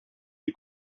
des